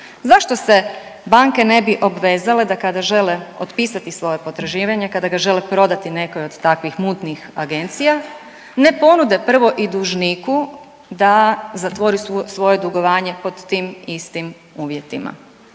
zašto se banke ne bi obvezale da kada žele otpisati svoje potraživanje, kada ga žele prodati nekoj od takvih mutnih agencija ne ponude prvo i dužniku da zatvori svoje dugovanje pod tim istim uvjetima.